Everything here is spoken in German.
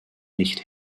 nicht